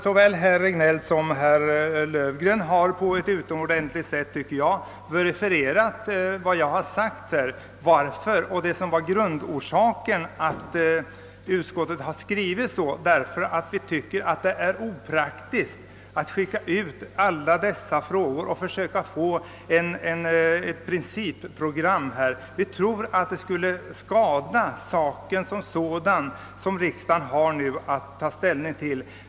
Både herr Regnéll och herr Löfgren har på ett utomordentligt sätt refererat vad jag har sagt om grundorsaken till att utskottet har skrivit såsom det har gjort. Vi tycker att det är opraktiskt att skicka ut alla dessa frågor till en arbetsgrupp som skulle försöka åstadkomma ett principprogram. Vi tror att det i och för sig skulle skada de frågor som riksdagen nu har att ta ställning till.